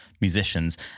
musicians